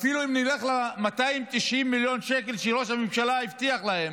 אפילו אם נלך ל-290 מיליון שקל שראש הממשלה הבטיח להם,